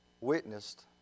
witnessed